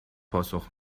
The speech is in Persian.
پاسخ